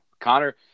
Connor